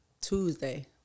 Tuesday